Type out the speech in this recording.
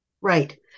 Right